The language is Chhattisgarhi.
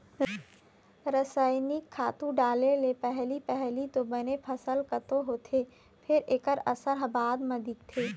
रसइनिक खातू डाले ले पहिली पहिली तो बने फसल तको होथे फेर एखर असर ह बाद म दिखथे